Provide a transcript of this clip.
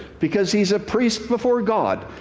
because he's a priest before god.